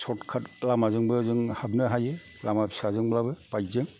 सर्थ काट लामाजोंबो जों हाबनो हायो लामा फिसाजों बाबो बाइक जों